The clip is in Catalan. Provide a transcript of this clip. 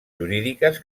jurídiques